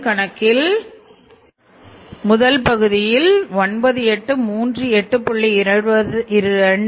கணக்கின் முதல் பகுதியில் கணக்கிட்டால் 9838